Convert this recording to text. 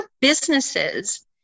businesses